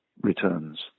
returns